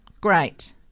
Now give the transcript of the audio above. great